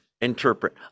interpret